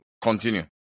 continue